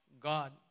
God